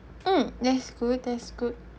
mm that's good that's good